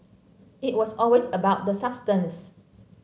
it was always about the substance